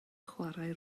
chwarae